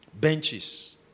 Benches